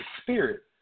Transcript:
spirit